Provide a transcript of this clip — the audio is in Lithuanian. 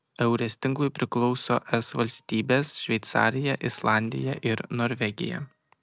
eures tinklui priklauso es valstybės šveicarija islandija ir norvegija